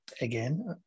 again